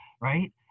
right